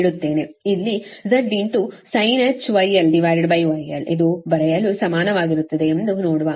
ಅಲ್ಲಿ Z sinh γl γlಎಂದು ಬರೆಯಲು ಸಮಾನವಾಗಿರುತ್ತದೆ ಎಂದು ನೋಡುವ